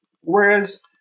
whereas